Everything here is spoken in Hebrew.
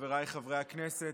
חבריי חברי הכנסת,